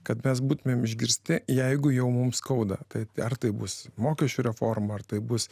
kad mes būtumėm išgirsti jeigu jau mums skauda tai ar tai bus mokesčių reforma ar tai bus